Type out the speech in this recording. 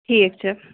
ٹھیٖک چھُ